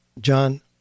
John